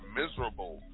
miserable